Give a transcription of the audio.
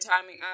timing